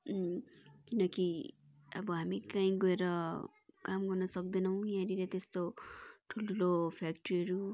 किनकि अब हामी कहीँ गएर काम गर्न सक्दैनौँ यहाँनिर त्यस्तो ठुल ठुलो फ्याक्ट्रिहरू